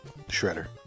Shredder